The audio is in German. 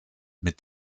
mit